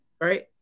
right